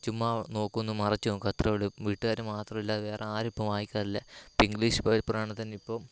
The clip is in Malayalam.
ചുമ്മാ നോക്കും ഒന്ന് മറിച്ച് നോക്കും അത്രേ ഉള്ളൂ ഇപ്പോൾ വീട്ടുകാർ മാത്രമല്ലാതെ വേറാരും ഇപ്പോൾ വായിക്കാറില്ല ഇപ്പം ഇംഗ്ലീഷ് പേപ്പറാണെൽ തന്നെ ഇപ്പോൾ